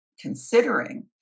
considering